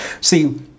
see